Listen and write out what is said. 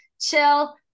chill